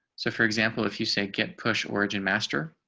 so for example, if you say get push origin master.